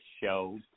show